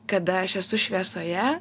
kada aš esu šviesoje